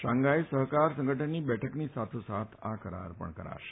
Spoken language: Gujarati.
શાંધાઈ સફકાર સંગઠનની બેઠકની સાથોસાથ આ કરાર પણ કરાશે